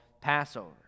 Passover